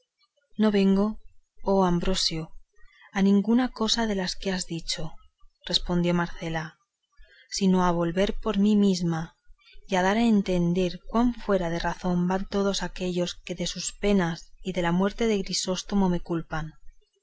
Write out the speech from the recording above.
no vengo oh ambrosio a ninguna cosa de las que has dicho respondió marcela sino a volver por mí misma y a dar a entender cuán fuera de razón van todos aquellos que de sus penas y de la muerte de grisóstomo me culpan